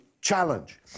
challenge